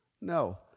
No